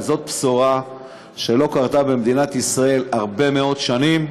זאת בשורה שלא הייתה במדינת ישראל הרבה מאוד שנים,